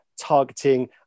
targeting